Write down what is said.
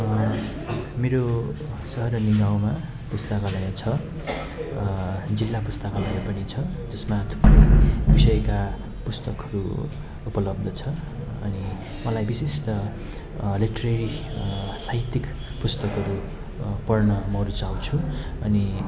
मेरो सहर अनि गाउँमा पुस्तकालय छ जिल्ला पुस्ताकालय पनि छ जसमा थुप्रै विषयका पुस्तकहरू उपलब्ध छ अनि मलाई विशेषतः लिटरेरी साहित्यिक पुस्तकहरू पढ्न म रुचाउँछु अनि